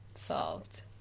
Solved